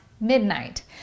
midnight